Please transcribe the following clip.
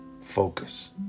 focus